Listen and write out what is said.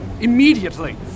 Immediately